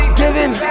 giving